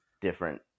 different